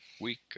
week